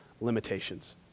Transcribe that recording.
limitations